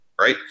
right